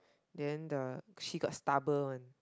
then the she got stumble one